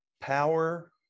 power